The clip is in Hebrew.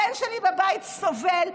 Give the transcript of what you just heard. הבן שלי בבית סובל,